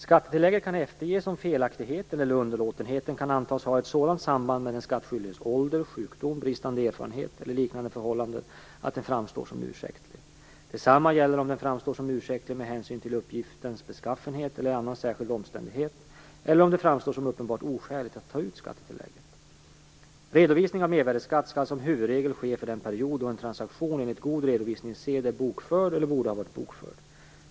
Skattetillägg kan efterges om felaktigheten eller underlåtenheten kan antas ha ett sådant samband med den skattskyldiges ålder, sjukdom, bristande erfarenhet eller liknande förhållande att den framstår som ursäktlig. Detsamma gäller om den framstår som utsäktlig med hänsyn till uppgiftens beskaffenhet eller annan särskild omständighet eller om det framstår som uppenbart oskäligt att ta ut skattetillägget. Redovisning av mervärdesskatt skall som huvudregel ske för den period då en transaktion enligt god redovisningssed är bokförd eller borde ha varit bokförd.